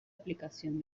aplicación